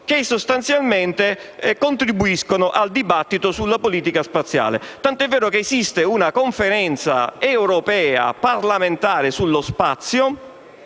che le hanno), che contribuiscono al dibattito sulla politica spaziale. Tanto è vero che esiste una Conferenza europea parlamentare sullo spazio,